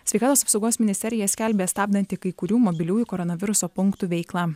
sveikatos apsaugos ministerija skelbė stabdanti kai kurių mobiliųjų koronaviruso punktų veiklą